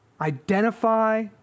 identify